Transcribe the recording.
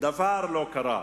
דבר לא קרה.